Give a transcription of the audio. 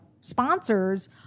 sponsors